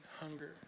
hunger